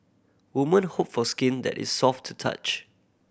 woman hope for skin that is soft to touch